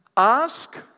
Ask